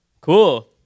Cool